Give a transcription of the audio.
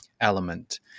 element